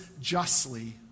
justly